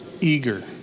eager